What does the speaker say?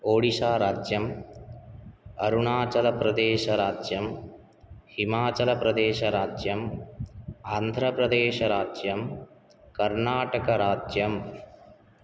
ओडिशाराज्यम् अरुणाचलप्रदेशराज्यं हिमाचलप्रदेशराज्यम् आन्ध्रप्रदेशराज्यं कर्नाटकराज्यं